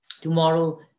Tomorrow